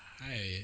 hi